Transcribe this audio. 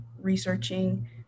researching